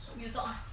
utah